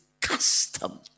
custom